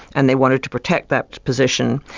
and they wanted to protect that position.